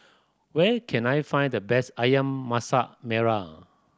where can I find the best Ayam Masak Merah